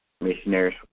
Missionaries